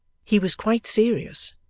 he was quite serious,